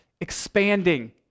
expanding